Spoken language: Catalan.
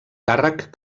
càrrec